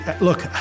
Look